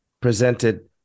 presented